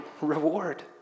reward